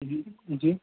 جی جی